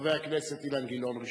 חבר הכנסת אילן גילאון,